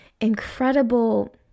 incredible